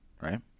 Right